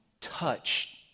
touch